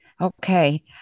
Okay